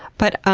but,